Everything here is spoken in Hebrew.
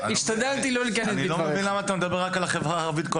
אני לא מבין למה אתה מדבר כל הזמן רק על החברה הערבית.